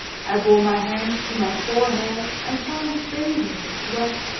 i bore my hand to my forehead and found it bathed in sweat.